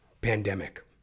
pandemic